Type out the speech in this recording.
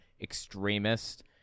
extremist